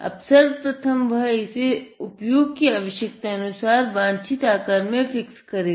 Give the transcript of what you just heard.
अब सर्वप्रथम वह इसे उपयोग की आवशयकतानुसार वांछित आकार में फिक्स करेगा